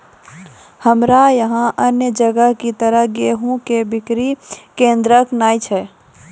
हमरा यहाँ अन्य जगह की तरह गेहूँ के बिक्री केन्द्रऽक नैय छैय?